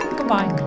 Goodbye